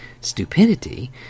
stupidity